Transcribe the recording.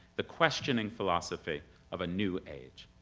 the questioning philosophy of a new age.